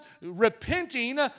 repenting